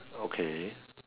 okay